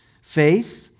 faith